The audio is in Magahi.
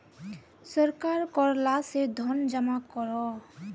सरकार कर ला से धन जमा करोह